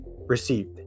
received